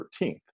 13th